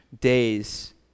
days